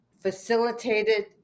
facilitated